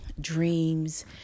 dreams